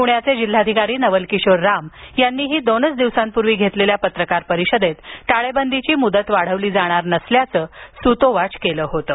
पुण्याचे जिल्हाधिकारी नवल किशोर राम यांनीही दोनच दिवसांपूर्वी घेतलेल्या पत्रकार परिषदेत टाळेबंदीची मुदत वाढवली जाणार नसल्याचं सूतोवाच केलं होतं